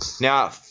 now